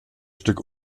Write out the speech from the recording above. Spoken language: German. stück